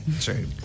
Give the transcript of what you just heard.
True